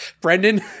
Brendan